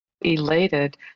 elated